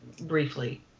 briefly